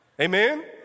Amen